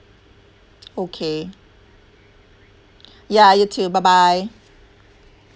okay ya you too bye bye